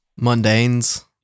Mundanes